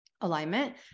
alignment